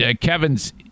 Kevin's